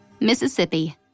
Mississippi